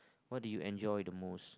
what do you enjoy the most